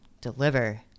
deliver